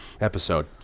episode